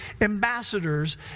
ambassadors